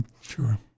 Sure